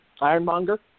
Ironmonger